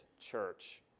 church